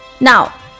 now